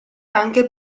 anche